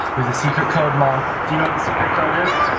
do the secret code, mom. do you know what the secret code is?